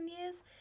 years